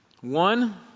one